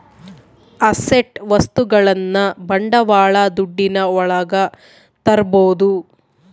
asset ವಸ್ತುಗಳನ್ನ ಬಂಡವಾಳ ದುಡ್ಡಿನ ಒಳಗ ತರ್ಬೋದು